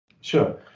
Sure